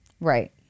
Right